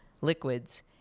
liquids